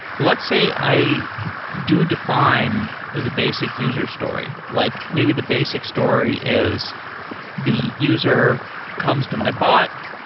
let's say i do define the basic user story, like maybe the basic story is the user comes to my bot.